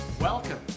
Welcome